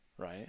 right